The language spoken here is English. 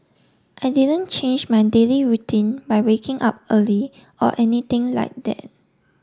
I didn't change my daily routine by waking up early or anything like that